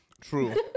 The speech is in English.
True